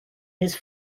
his